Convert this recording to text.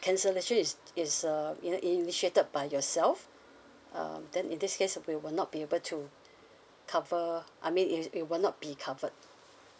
cancellation is is uh you know initiated by yourself um then in this case we will not be able to cover I mean it it will not be covered